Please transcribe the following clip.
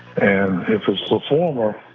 and if it's the former